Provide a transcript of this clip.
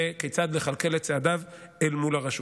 מה נמצא בתוספות וכיצד לכלכל את צעדיו אל מול הרשות.